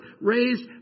raised